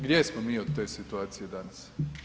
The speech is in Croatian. Gdje smo od te situacije danas?